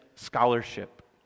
scholarship